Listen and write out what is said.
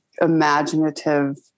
imaginative